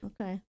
Okay